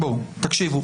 תקשיבו,